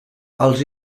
els